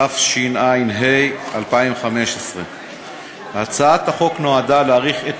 התשע"ה 2015. הצעת החוק נועדה להאריך את